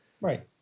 Right